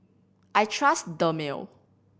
I trust Dermale